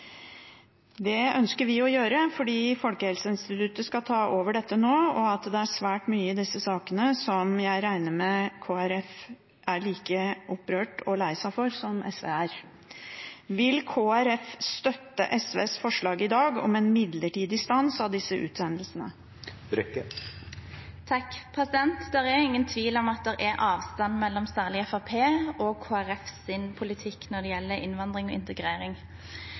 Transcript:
Det ønsker vi å gjøre fordi Folkehelseinstituttet nå skal ta over dette, og at det er svært mye i disse sakene som jeg regner med Kristelig Folkeparti er like opprørt over og lei seg for som SV er. Vil Kristelig Folkeparti støtte SVs forslag i dag om en midlertidig stans av disse utsendelsene? Det er ingen tvil om at det er avstand mellom særlig Fremskrittspartiet og Kristelig Folkepartis politikk når det gjelder innvandring og integrering.